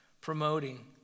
promoting